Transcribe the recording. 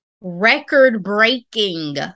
record-breaking